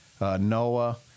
Noah